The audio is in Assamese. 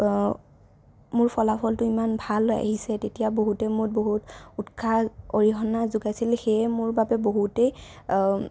মোৰ ফলাফলটো ইমান ভাল আহিছে তেতিয়া বহুতে মোক বহুত উৎসাহ অৰিহণা যোগাইছিল সেয়ে মোৰ বাবে বহুতেই